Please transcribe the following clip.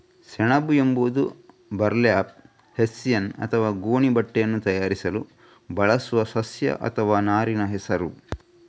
ಸೆಣಬು ಎಂಬುದು burlap, hessian ಅಥವಾ ಗೋಣಿ ಬಟ್ಟೆಯನ್ನು ತಯಾರಿಸಲು ಬಳಸುವ ಸಸ್ಯ ಅಥವಾ ನಾರಿನ ಹೆಸರು